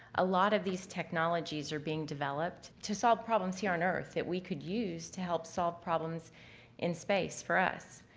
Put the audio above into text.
a lot of these technologies are being developed to solve problems here on earth that we could use to help solve problems in space, for us.